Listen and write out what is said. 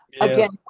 Again